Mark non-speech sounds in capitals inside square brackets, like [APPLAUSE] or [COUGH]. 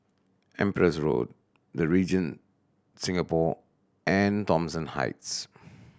Empress Road The Regent Singapore and Thomson Heights [NOISE]